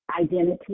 Identity